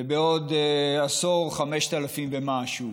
ובעוד עשור, 5,000 ומשהו.